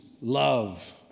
love